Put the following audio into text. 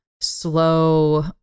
slow